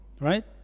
right